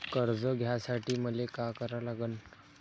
कर्ज घ्यासाठी मले का करा लागन?